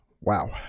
Wow